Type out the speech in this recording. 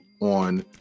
on